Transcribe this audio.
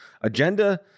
agenda